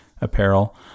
apparel